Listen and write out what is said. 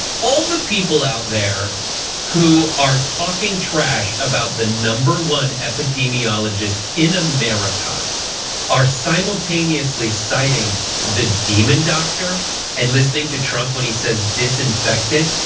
all the people out there who are talking trash about the number one epidemiologist in america are simultaneously citing the demon doctor and listening to trump when he says disinfectant.